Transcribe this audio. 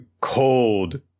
cold